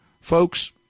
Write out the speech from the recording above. folks